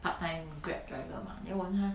part time Grab driver mah then 我就问他